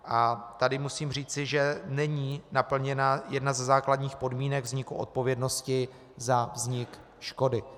A tady musím říci, že není naplněna jedna ze základních podmínek vzniku odpovědnosti za vznik škody.